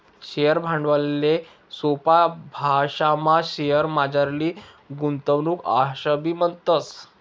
share भांडवलले सोपा भाशामा शेअरमझारली गुंतवणूक आशेबी म्हणतस